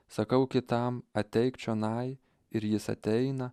sakau kitam ateik čionai ir jis ateina